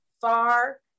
far